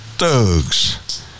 Thugs